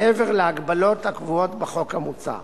מעבר להגבלות הקבועות בחוק המוצע.